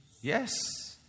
Yes